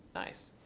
nice.